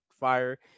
fire